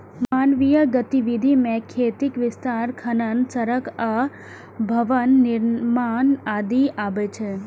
मानवीय गतिविधि मे खेतीक विस्तार, खनन, सड़क आ भवन निर्माण आदि अबै छै